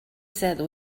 said